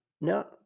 No